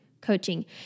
coaching